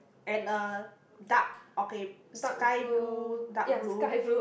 and a dark okay sky blue dark blue